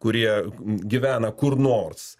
kurie gyvena kur nors